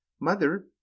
Mother